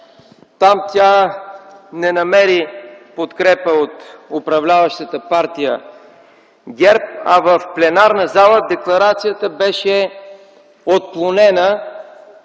Там тя не намери подкрепа от управляващата партия ГЕРБ, а в пленарната зала декларацията беше отклонена